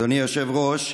אדוני היושב-ראש,